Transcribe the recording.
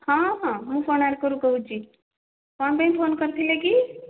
ହଁ ହଁ ମୁଁ କୋଣାର୍କରୁ କହୁଛି କ'ଣ ପାଇଁ ଫୋନ୍ କରିଥିଲେ କି